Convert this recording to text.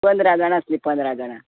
पंदरा जाण आसली पंदरां जाणां